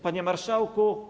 Panie Marszałku!